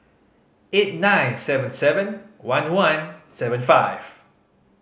eight nine seven seven one one seven five